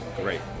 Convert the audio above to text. Great